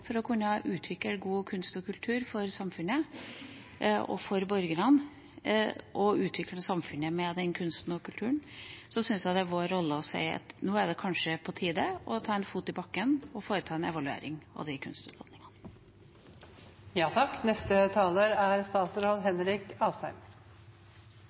for å utvikle god kunst og kultur for samfunnet og borgerne, og for å utvikle samfunnet med den kunsten og kulturen, å si at nå er det kanskje på tide å ta en fot i bakken og foreta en evaluering av de kunstutdanningene. Jeg vil benytte sjansen til først å takke representanten Trine Skei Grande for å løfte denne interpellasjonen. Det er